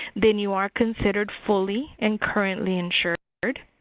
then you are considered fully and currently insured.